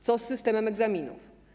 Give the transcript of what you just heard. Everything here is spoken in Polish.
Co z systemem egzaminów?